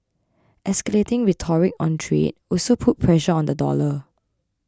escalating rhetoric on trade also put pressure on the dollar